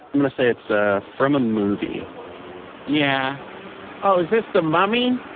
i'm going to say it's ah from a movie yeah oh. is this the mummy?